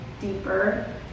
deeper